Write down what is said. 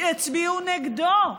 יצביעו נגדו?